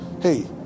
Hey